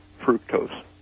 fructose